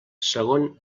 segon